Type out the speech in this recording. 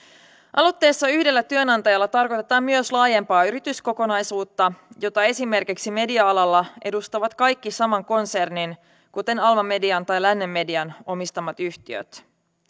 aloitteessa yhdellä työnantajalla tarkoitetaan myös laajempaa yrityskokonaisuutta jota esimerkiksi media alalla edustavat kaikki saman konsernin kuten alma median tai lännen median omistamat yhtiöt